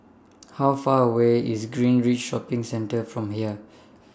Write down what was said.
How Far away IS Greenridge Shopping Centre from here